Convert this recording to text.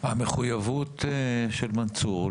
המחויבות של מנסור,